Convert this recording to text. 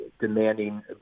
demanding